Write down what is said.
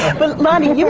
but lonny,